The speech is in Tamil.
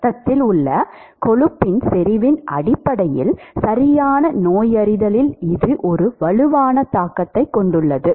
இரத்தத்தில் உள்ள கொழுப்பின் செறிவின் அடிப்படையில் சரியான நோயறிதலில் இது ஒரு வலுவான தாக்கத்தை கொண்டுள்ளது